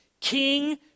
King